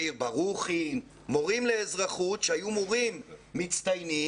מאיר ברוכין, מורים לאזרחות שהיו מורים מצטיינים?